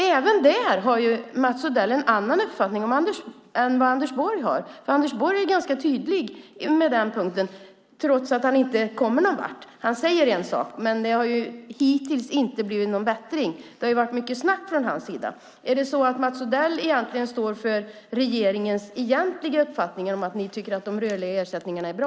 Även där har Mats Odell en annan uppfattning än vad Anders Borg har. Anders Borg är ganska tydlig på den punkten trots att han inte kommer någonvart. Han säger en sak, men det har hittills inte blivit någon bättring. Det har varit mycket snack från hans sida. Är det så att Mats Odell står för regeringens egentliga uppfattning att ni tycker att de rörliga ersättningarna är bra?